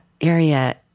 area